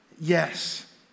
Yes